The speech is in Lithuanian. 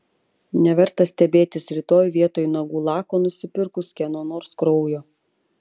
neverta stebėtis rytoj vietoj nagų lako nusipirkus kieno nors kraujo